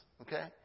Okay